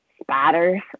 spatters